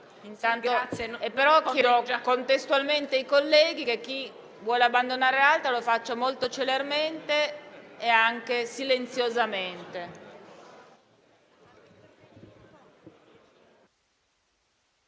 intervento? Chiedo contestualmente ai colleghi che vogliono abbandonare l'Aula di farlo molto celermente e anche silenziosamente.